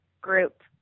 group